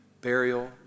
burial